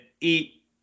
eat